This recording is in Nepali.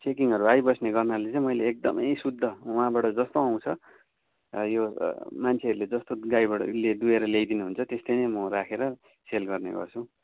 चेकिङहरू आइबस्ने गर्नाले चाहिँ मैले एकदमै शुद्ध वहाँबाट जस्तो आउँछ यो मान्छेहरूले जस्तो गाईबाट दुएर ल्याइदिनुहुन्छ त्यस्तै नै म राखेर सेल गर्ने गर्छु